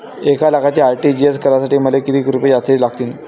एक लाखाचे आर.टी.जी.एस करासाठी मले कितीक रुपये जास्तीचे लागतीनं?